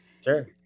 Sure